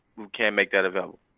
we can make that available.